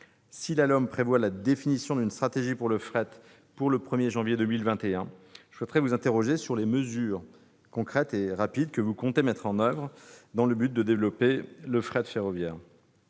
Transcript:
mobilités prévoit la définition d'une stratégie pour le fret d'ici au 1 janvier 2021, je souhaite vous interroger sur les mesures concrètes que vous comptez mettre en oeuvre rapidement dans le but de développer le fret ferroviaire.